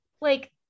Like-